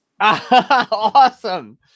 Awesome